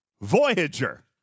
Voyager